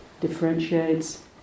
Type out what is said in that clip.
differentiates